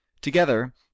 together